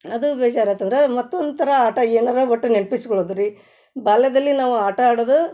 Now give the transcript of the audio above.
ಅದು ಬೇಜಾರಾತಂದರೆ ಮತ್ತೊಂಥರ ಆಟ ಏನಾರೂ ಒಟ್ಟು ನೆನ್ಪಿಸ್ಕೊಳ್ಳೋದು ರೀ ಬಾಲ್ಯದಲ್ಲಿ ನಾವು ಆಟ ಆಡೋದು